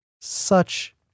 Such